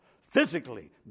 physically